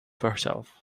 herself